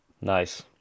Nice